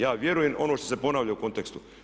Ja vjerujem ono što se ponavlja u kontekstu.